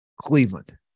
Cleveland